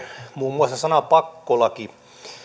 muun muassa sanaa pakkolaki nyt